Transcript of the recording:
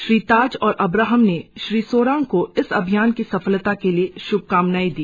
श्री ताज और अबह्नम ने श्री सोरांग को इस अभियान की सफलता के लिए श्भकामनाएं दी